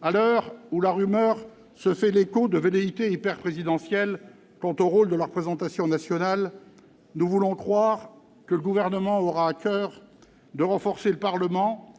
À l'heure où la rumeur se fait l'écho de velléités hyperprésidentielles quant au rôle de la représentation nationale, nous voulons croire que le Gouvernement aura à coeur de renforcer le Parlement